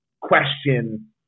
question